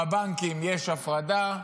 בבנקים יש הפרדה?